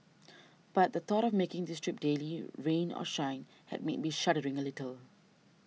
but the thought of making this trip daily rain or shine had me be shuddering a little